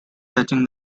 touching